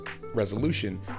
resolution